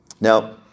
Now